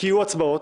יהיו הצבעות.